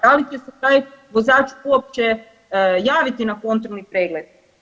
Da li će se taj vozač uopće javiti na kontrolni pregled?